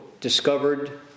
discovered